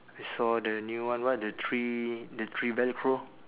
I saw the new one what the three the three velcro